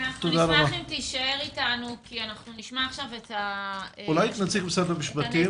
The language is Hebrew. נשמע את נציג משרד המשפטים.